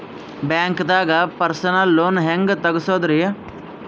ಬ್ಯಾಂಕ್ದಾಗ personal loan ಹೆಂಗ್ ತಗ್ಸದ್ರಿ?